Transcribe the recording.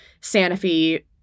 Sanofi